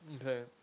Okay